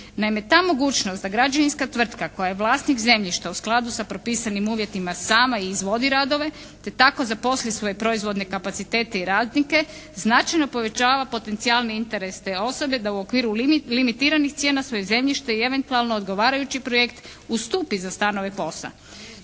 Naime ta mogućnost da građevinska tvrtka koja je vlasnik zemljišta u skladu sa propisanim uvjetima sama izvodi radove te tako zaposli svoje proizvodne kapacitete i radnike, značajno povećava potencijalni interes te osobe da u okviru limitiranih cijena svoje zemljište i eventualno odgovarajući projekt ustupi za stanove POS-a.